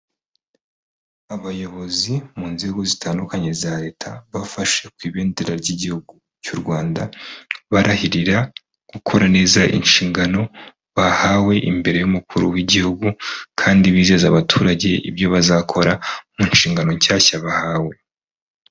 Abayobozi mu nzego zitandukanye za leta bafashe ku ibendera ry'Igihugu cy'u Rwanda, barahirira gukora neza inshingano bahawe imbere y'umukuru w'igihugu kandi bizeza abaturage ibyo bazakora mu nshingano nshyashya bahawe.